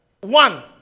one